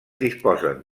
disposen